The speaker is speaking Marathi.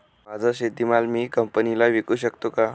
माझा शेतीमाल मी कंपनीला विकू शकतो का?